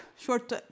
short